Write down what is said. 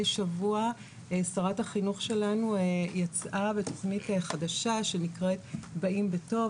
שבוע שרת החינוך שלנו יצאה בתכנית חדשה נקראת "באים בטוב",